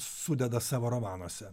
sudeda savo romanuose